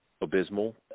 abysmal